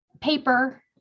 paper